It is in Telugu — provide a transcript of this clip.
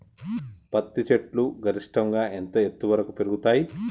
పత్తి చెట్లు గరిష్టంగా ఎంత ఎత్తు వరకు పెరుగుతయ్?